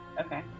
Okay